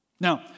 Now